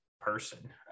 person